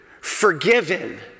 Forgiven